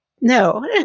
no